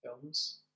films